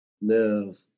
live